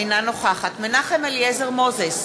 אינה נוכחת מנחם אליעזר מוזס,